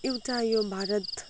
एउटा यो भारत